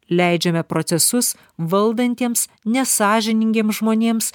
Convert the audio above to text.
leidžiame procesus valdantiems nesąžiningiems žmonėms